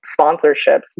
sponsorships